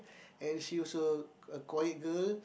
and she also a quiet girl